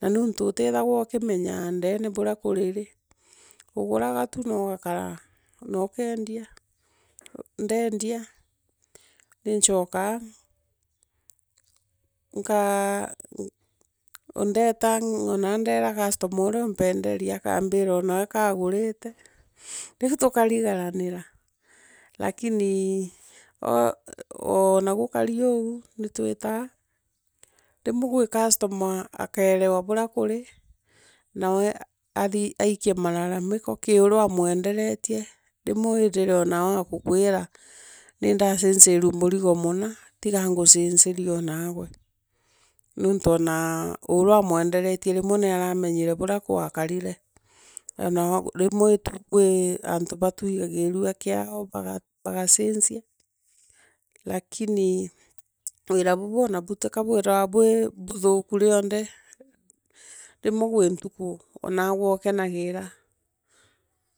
Na nontu utithaa ukimenyaa ndene burea kuri ri. uguraragu tu noogakara nookendia. ndoondia. ninchokaa. nkaa. nkaa. ndoeta o na ndeera customer urea umpeandene akaambira onawe kaagurite. riu tukariganagira. lakini oo nagukira oou. i twitaa. rimwe kwi customer. akeerowa bura kuni. nawe athii aikie marare miko kiiri uro wamwenderetie rimwe withire onawe agukuira nindaaclarue murigo muna tiga nguanarie o naagwe nonto ona. ura omwendoretie rimwe naaramenyire bura gwaakarire. rimwe. tu. kwi antu batuiyogirua kiao. bagacinua. lakini wira bubu onatika bwithaire bwi buthuku yionthe yimwe kwi ntuku onagwe ukanegira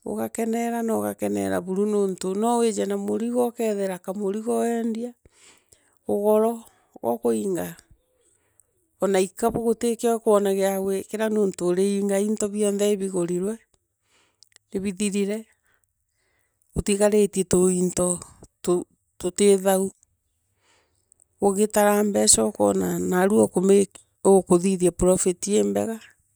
ugakonera nogakenera. nogoke nora buru nontu noowije na mungo ukeethiri kamurigo weendia, ugon gookuiega ona ikobu utikio ukwona kia gwikira nontu bionthe ibigirirwe. ibithirire. utigaritie tumito tu tuti thao ugitaro mbeca ukoona narua ukithithia uku make profit iimbega